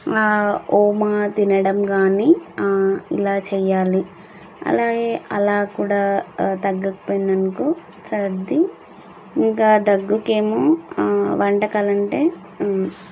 ఓమా తినడం కానీ ఇలా చేయాలి అలాగే అలా కూడా తగ్గకపోయింది అనుకో సర్ది ఇంకా దగ్గుకి ఏమో వంటకాలు అంటే